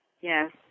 yes